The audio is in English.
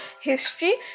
history